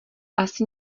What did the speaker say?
asi